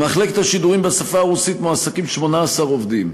במחלקת השידורים בשפה הרוסית מועסקים 18 עובדים.